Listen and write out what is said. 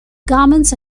garments